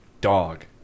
dog